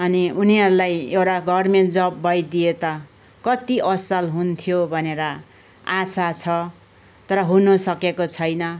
अनि उनीहरलाई एउटा गभर्मेन्ट जब भइदिए त कति असल हुन्थ्यो भनेर आशा छ तर हुनु सकेको छैन